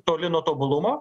toli nuo tobulumo